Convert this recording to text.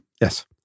Yes